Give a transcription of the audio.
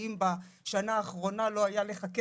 אני לא זוכרת בדיוק את כל השאלות.